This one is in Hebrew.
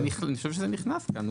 אני חושב שזה נכנס כאן.